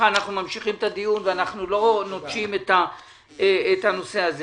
אנחנו ממשיכים את הדיון ואנחנו לא נוטשים את הנושא הזה.